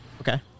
Okay